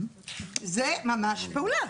זו ממש פעולה.